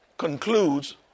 concludes